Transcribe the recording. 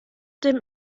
dem